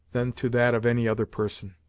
than to that of any other person.